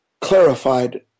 clarified